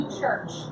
church